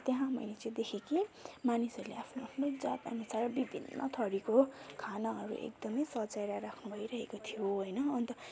र त्यहाँ मैले चाहिँ देखेँ कि मानिसहरूले आफ्नो आफ्नो जात अनुसार विभिन्न थरीको खानाहरू एकदमै सजाएर राख्नु भइरहेको थियो होइन